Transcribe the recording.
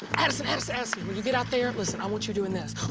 addison, addison, when you get out there listen, i want you doing this.